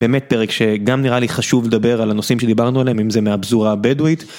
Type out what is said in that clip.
באמת פרק שגם נראה לי חשוב לדבר על הנושאים שדיברנו עליהם אם זה מהפזורה בדואית.